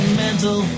mental